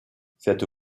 cette